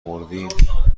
مردیم